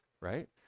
right